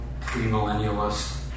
premillennialist